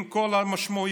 עם כל המשמעויות,